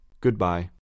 Goodbye